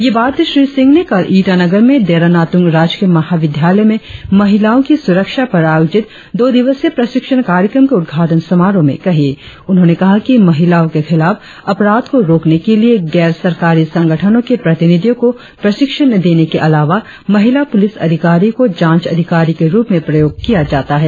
ये बात श्री सिंह ने कल ईटानगर में देरा नातुंग राजकीय महाविद्यालय में महिलाओं की सुरक्षा पर आयोजित दो दिवसीय प्रशिक्षण कार्यक्रम के उद्घाटन समारोह में कही उन्होंने बताया कि महिलाओं के खिलाफ अपराध को रोकने के लिए गैर सरकारी संगठनों के प्रतिनिधियों को प्रशिक्षण देने के अलावा महिला पुलिस अधिकारी को जांच अधिकारी के रुप में प्रयोग किया जाता है